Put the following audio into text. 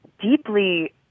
deeply